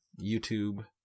YouTube